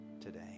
today